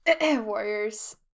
warriors